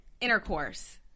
intercourse